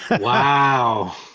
Wow